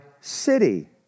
city